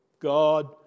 God